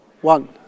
One